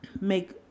make